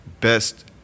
best